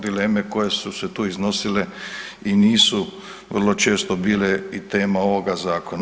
Dileme koje su se tu iznosile i nisu vrlo često bile i tema ovoga zakona.